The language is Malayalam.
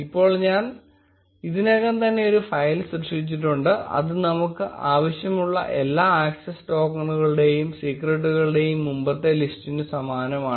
ഇപ്പോൾ ഞാൻ ഇതിനകം തന്നെ ഒരു ഫയൽ സൃഷ്ടിച്ചിട്ടുണ്ട് അത് നമുക്ക് ആവശ്യമുള്ള എല്ലാ ആക്സസ് ടോക്കണുകളുടെയും സീക്രട്ടുകളുടെയും മുമ്പത്തെ ലിസ്റ്റിന് സമാനമാണ്